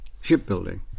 shipbuilding